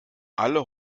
alle